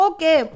Okay